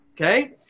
okay